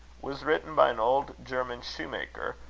was written by an old german shoemaker,